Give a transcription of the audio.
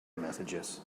messages